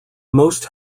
most